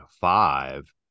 five